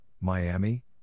Miami